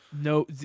No